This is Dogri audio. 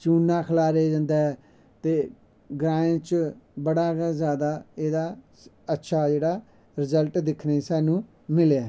चूना खलारेआ जंदा ऐ ते ग्राएं च बड़ा गै जादा एह्दा अच्छा जेह्ड़ा रज़ल्ट दिक्खने स्हानू मिलेआ ऐ